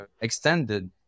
extended